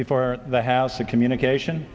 before the house of communication